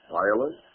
violent